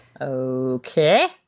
okay